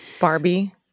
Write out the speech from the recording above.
Barbie